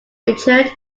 richard